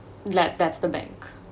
glad that's the bank